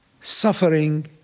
Suffering